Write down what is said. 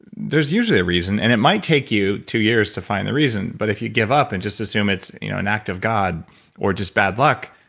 there's usually a reason and it might take you two years to find the reason, but if you give up and just assume it's you know an act of god or just bad luck,